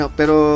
pero